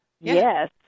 Yes